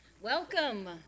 Welcome